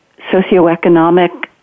socioeconomic